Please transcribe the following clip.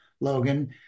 logan